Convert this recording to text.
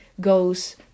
goes